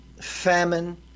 famine